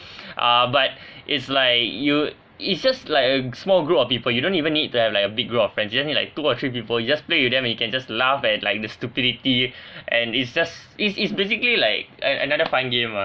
ah but it's like you it's just like a small group of people you don't even need to have like a big group of friends you just need like two or three people you just play with them and you can just laugh at like the stupidity and it's just it's it's basically like a~ another fun game lah